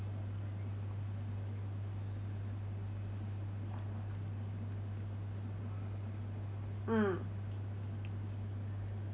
mm